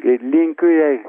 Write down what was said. ir linkiu jai